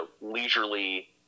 leisurely